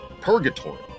purgatory